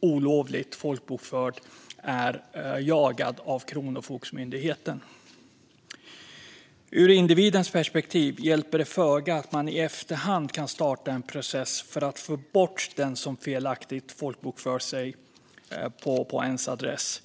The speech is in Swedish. olovligt folkbokförd är jagad av Kronofogdemyndigheten. Ur individens perspektiv hjälper det föga att man i efterhand kan starta en process för att få bort den som felaktigt folkbokfört sig på ens adress.